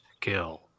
kill